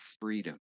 freedom